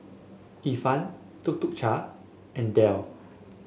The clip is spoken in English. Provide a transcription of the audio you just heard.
Ifan Tuk Tuk Cha and Dell